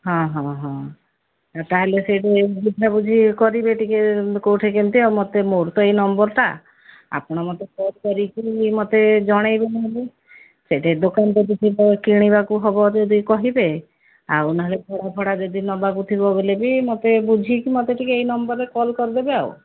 ହଁ ହଁ ହଁ ତାହେଲେ ସେଇଠି ବୁଝା ବୁଝି କରିବେ ଟିକେ କୋଉଠି କେମିତି ଆଉ ମୋର ତ ଏଇ ନମ୍ବର୍ଟା ଆପଣ ମୋତେ ଫୋନ୍ କରିକିରି ମୋତେ ଜଣେଇବେ ନହେଲେ ସେଇଠି ଦୋକାନ ଯଦି ଥିବ କିଣିବାକୁ ହେବ ଯଦି କହିବେ ଆଉ ନହେଲେ ଭଡା ଫଡ଼ା ଯଦି ନବାକୁ ଥିବ ବୋଲି ବି ମୋତେ ବୁଝିକି ମୋତେ ଟିକେ ଏଇ ନମ୍ବର୍ରେ କଲ୍ କରିଦେବେ ଆଉ